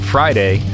Friday